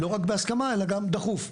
לא רק בהסכמה אלא גם דחוף.